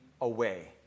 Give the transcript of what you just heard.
away